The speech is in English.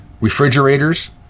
refrigerators